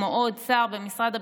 כמו עוד שר במשרד הביטחון,